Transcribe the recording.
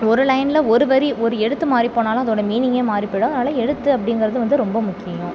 ஒரு லைனில் ஒரு வரி ஒரு எழுத்து மாறி போனாலும் அதோடய மீனிங்கே மாறி போயிடும் அதனால் எழுத்து அப்படிங்கறது வந்து ரொம்ப முக்கியம்